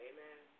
Amen